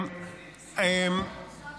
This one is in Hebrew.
כמו גבר,